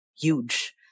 huge